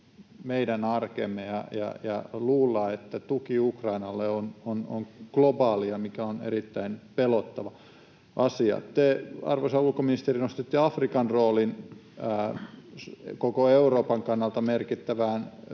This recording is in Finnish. meidän arkeemme ja luulla, että tuki Ukrainalle on globaalia, mikä on erittäin pelottava asia. Te, arvoisa ulkoministeri, nostitte Afrikan roolin koko Euroopan kannalta merkittävään